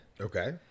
Okay